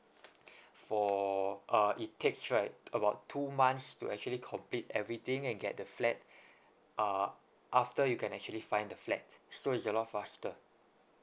for uh it takes right about two months to actually complete everything and get the flat ah after you can actually find the flat so it's a lot faster